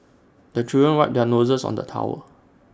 the children wipe their noses on the towel